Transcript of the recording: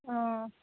ஆ